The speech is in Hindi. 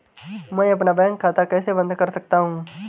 मैं अपना बैंक खाता कैसे बंद कर सकता हूँ?